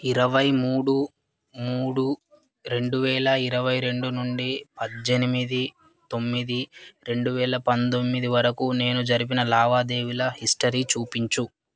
ఇరవై మూడు మూడు రెండు వేల ఇరవై రెండు నుండి పద్దెనిమిది తొమ్మిది రెండు వేల పంతొమ్మిది వరకు నేను జరిపిన లావాదేవీల హిస్టరీ చూపించు